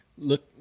Look